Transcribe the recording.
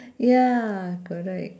ya correct